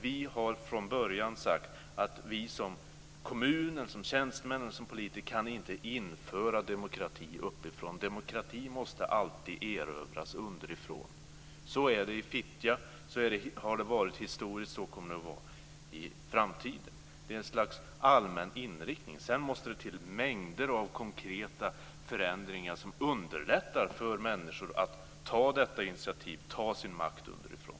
Vi har från början sagt att vi som kommun, som tjänstemän eller som politiker inte kan införa demokrati uppifrån, utan demokrati måste alltid erövras underifrån. Så är det i Fittja. Så har det varit historiskt, och så kommer det att vara i framtiden. Det är ett slags allmän inriktning. Sedan måste det till mängder av konkreta förändringar som underlättar för människor att ta detta initiativ, ta sin makt underifrån.